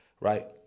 right